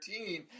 13